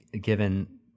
given